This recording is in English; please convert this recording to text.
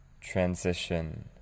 transition